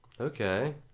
okay